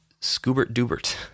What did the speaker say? scubert-dubert